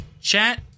chat